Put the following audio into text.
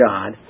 God